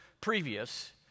previous